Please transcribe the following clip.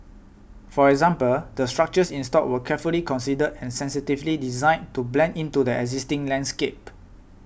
for example the structures installed were carefully considered and sensitively designed to blend into the existing landscape